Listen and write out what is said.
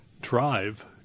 Drive